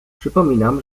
przypominam